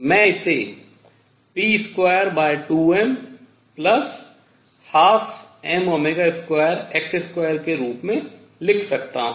मैं इसे p22m12m2x2 के रूप में लिख सकता हूँ